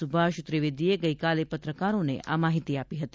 સુભાષ ત્રિવેદીએ ગઇકાલે પત્રકારોને આ માહિતી આપી હતી